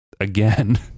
again